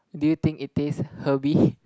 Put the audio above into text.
do you think it is herby